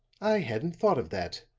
i hadn't thought of that.